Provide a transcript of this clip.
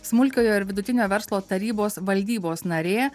smulkiojo ir vidutinio verslo tarybos valdybos narė